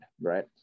right